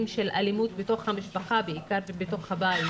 של אלימות בתוך המשפחה בעיקר ובתוך הבית,